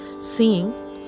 seeing